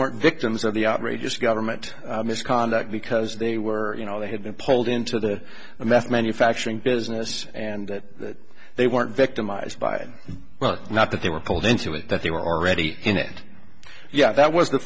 weren't victims of the outrageous government misconduct because they were you know they had been pulled into the meth manufacturing business and that they weren't victimized by well not that they were called into it that they were already in it yeah that was the